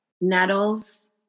Nettles